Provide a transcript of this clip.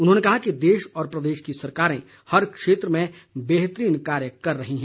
उन्होंने कहा कि देश व प्रदेश की सरकारें हर क्षेत्र में बेहतरीन कार्य कर रही है